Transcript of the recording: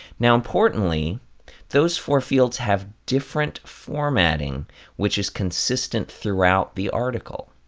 now importantly those four fields have different formatting which is consistent throughout the article.